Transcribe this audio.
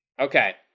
Okay